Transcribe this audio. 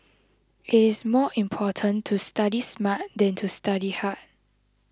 it is more important to study smart than to study hard